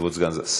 כבוד סגן השר.